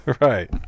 Right